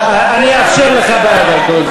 הובטח יחס טוב.